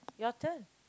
your turn